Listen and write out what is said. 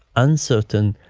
uncertain.